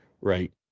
right